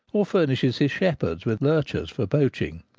or furnishes his shepherds with lurchers for poaching.